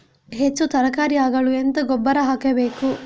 ಹೆಚ್ಚು ತರಕಾರಿ ಆಗಲು ಎಂತ ಗೊಬ್ಬರ ಹಾಕಬೇಕು?